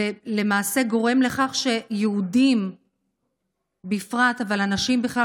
למעשה גורם לכך שיהודים בפרט ואנשים בכלל